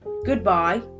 Goodbye